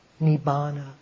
nibbana